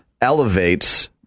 elevates